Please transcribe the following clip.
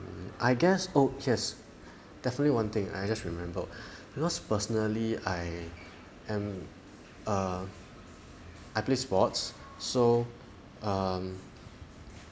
I guess oh yes definitely one thing I just remember because personally I am err I play sports so um